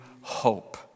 hope